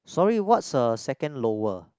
sorry what's the second lower